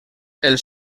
els